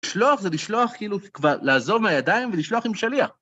לשלוח זה לשלוח כאילו כבר לעזוב מהידיים ולשלוח עם שליח.